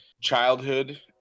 childhood